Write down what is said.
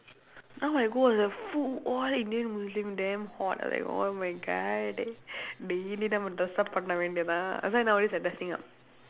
now I go the full all indian muslim damn hot like oh my god நீ இருந்தா நான்:nii irundthaa naan dress up பண்ண வேண்டியது தான்:panna veendiyathu thaan that's why nowadays I dressing up